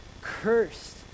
Cursed